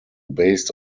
based